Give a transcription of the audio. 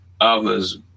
others